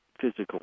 physical